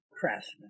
Craftsman